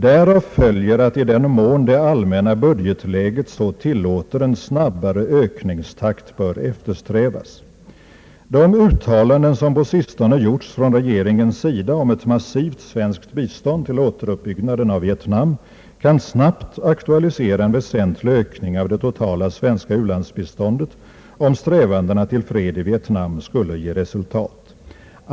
Därav följer att i den mån det allmänna budgetläget så tillåter en snabbare ökningstakt bör eftersträvas. De uttalanden som på sistone gjorts från regeringens sida om ett massivt svenskt bistånd till återuppbyggnaden av Vietnam kan snabbt aktualisera en väsentlig ökning av det totala svenska u-landsbiståndet, om strävandena till fred i Vietnam skulle ge resultat.